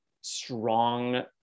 strong